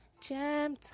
jam